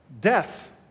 Death